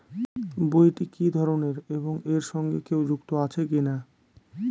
বইটি কি ধরনের এবং এর সঙ্গে কেউ যুক্ত আছে কিনা?